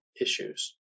issues